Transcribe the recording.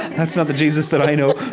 that's not the jesus that i know.